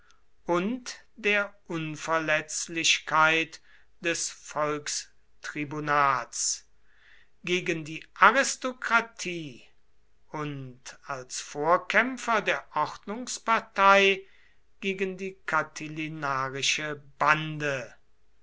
und der unverletzlichkeit des volkstribunats gegen die aristokratie und als vorkämpfer der ordnungspartei gegen die catilinarische bande